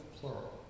plural